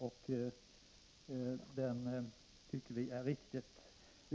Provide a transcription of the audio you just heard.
Den tycker vi är riktig.